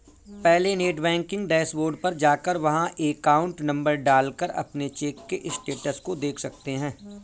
पहले net banking dashboard पर जाकर वहाँ अकाउंट नंबर डाल कर अपने चेक के स्टेटस को देख सकते है